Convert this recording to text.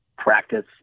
Practice